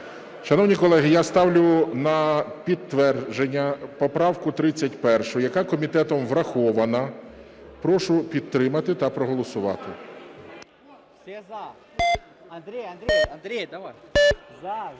Шановні колеги, я ставлю на підтвердження поправку 31. Яка комітетом врахована. Прошу підтримати та проголосувати.